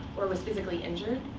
or was physically injured?